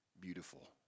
beautiful